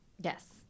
Yes